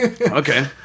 Okay